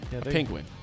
Penguin